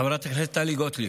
חברת הכנסת טלי גוטליב,